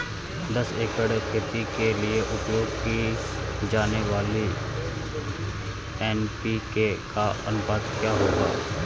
दस एकड़ खेती के लिए उपयोग की जाने वाली एन.पी.के का अनुपात क्या होगा?